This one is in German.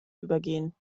übergehen